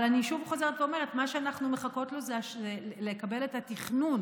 אבל אני חוזרת ואומרת: מה שאנחנו מחכות זה לקבל את התכנון